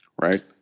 Right